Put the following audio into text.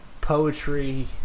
poetry